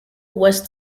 west